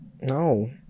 No